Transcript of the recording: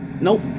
Nope